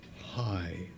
Hi